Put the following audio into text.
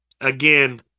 again